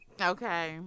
okay